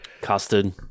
Custard